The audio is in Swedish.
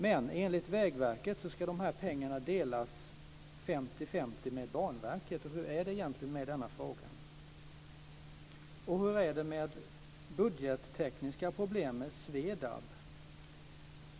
Men enligt Vägverket ska dessa pengar delas 50/50 med Banverket. Hur är det egentligen med denna fråga? Hur är det med de budgettekniska problem med Svedab?